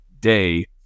day